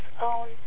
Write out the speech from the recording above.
own